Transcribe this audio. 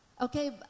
Okay